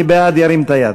מי בעד, ירים את היד.